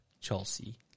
Chelsea